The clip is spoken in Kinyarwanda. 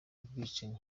ubwicanyi